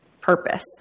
purpose